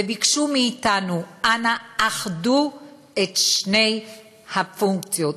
וביקשו מאתנו: אנא אחדו את שתי הפונקציות,